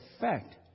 fact